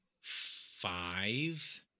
five